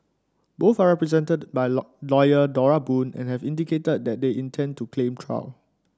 both are represented by lawyer Dora Boon and have indicated that they intend to claim trial